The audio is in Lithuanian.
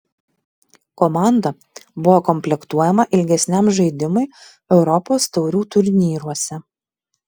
komanda buvo komplektuojama ilgesniam žaidimui europos taurių turnyruose